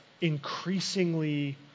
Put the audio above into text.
increasingly